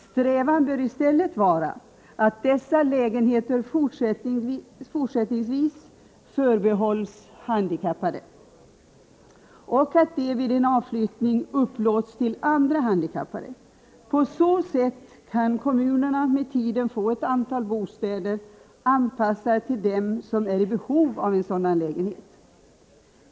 Strävan bör i stället vara att dessa lägenheter fortsättningsvis förbehålls handikappade och att de vid en avflyttning upplåts till andra handikappade. På så sätt kan kommunerna med tiden få ett antal bostäder anpassade till dem som är i behov av sådan lägenhet.